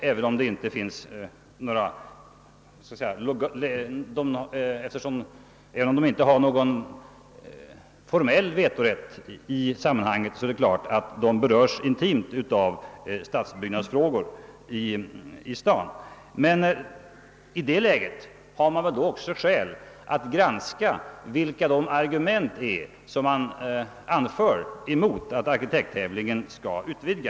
Även om kommunen inte har någon formell vetorätt i sammanhanget, berörs den dock intimt av det här byggnadsprojektet. Men i det läget har man också skäl att granska vilka de argument är som kommunen anför mot att arkitekttävlingen skall utvidgas.